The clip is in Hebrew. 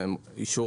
באישור